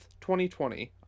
2020